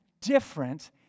different